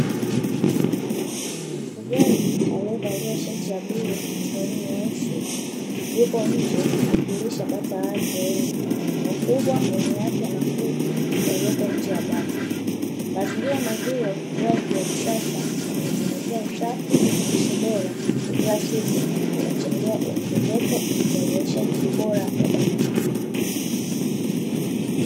Mfugaji aliyevalia shati ya bluu na surwali nyeusi yuko nje akilisha bata wake wengi wakubwa wenye afya na nguvu walioko nje ya bata, mazingira mazuri ya ufugaji wa kisasa wanaozingatia usafi na lishe bora ya kila siku unachangia uongezeko na uzaliweshaji bora wa bata hao.